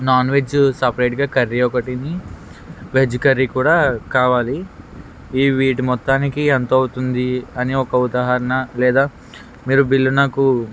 non veg సపరేట్గా curry ఒకటీని veg curry కూడా కావాలి ఈ వీటి మొత్తానికి ఎంత అవుతుంది అని ఒక ఉదాహరణ లేదా మీరు బిల్లు నాకు